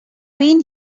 been